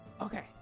Okay